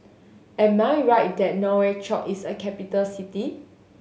am I right that Nouakchott is a capital city